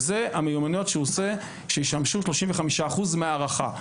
ואלה המיומנויות שהוא עושה וישמשו 35% מההערכה,